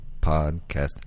podcast